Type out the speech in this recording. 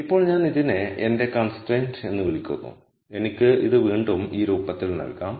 ഇപ്പോൾ ഞാൻ ഇതിനെ എന്റെ കൺസ്ട്രയിന്റ് എന്ന് വിളിക്കുന്നു എനിക്ക് ഇത് വീണ്ടും ഈ രൂപത്തിൽ നൽകാം